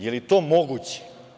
Je li to moguće?